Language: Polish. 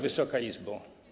Wysoka Izbo!